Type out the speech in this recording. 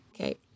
Okay